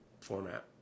format